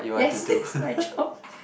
yes that's my job